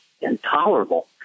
intolerable